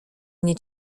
mnie